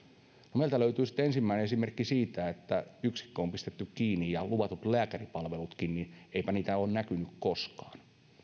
no meiltä löytyy sitten ensimmäinen esimerkki siitä että yksikkö on pistetty kiinni ja eipä luvattuja lääkäripalvelujakaan ole näkynyt koskaan